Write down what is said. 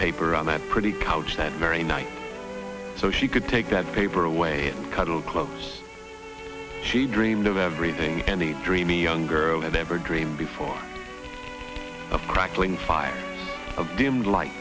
paper on that pretty couch that very night so she could take that paper away and cuddle close she dreamed of everything any dreamy young girl had ever dreamed before of crackling fire of dim li